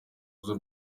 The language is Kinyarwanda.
z’u